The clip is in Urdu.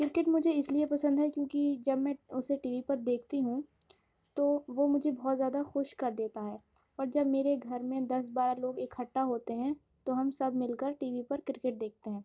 کرکٹ مجھے اس لیے پسند ہے کیوں کہ جب میں اسے ٹی وی پر دیکھتی ہوں تو وہ مجھے بہت زیادہ خوش کر دیتا ہے اور جب میرے گھر میں دس بارہ لوگ اکٹھا ہوتے ہیں تو ہم سب مل کر ٹی وی پر کرکٹ دیکھتے ہیں